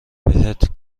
بهت